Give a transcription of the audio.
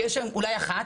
כי יש היום אולי אחת,